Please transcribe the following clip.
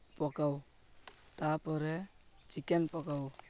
ପକାଉ ତା'ପରେ ଚିକେନ୍ ପକାଉ